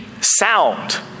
sound